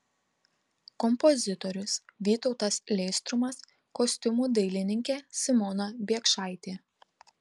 kompozitorius vytautas leistrumas kostiumų dailininkė simona biekšaitė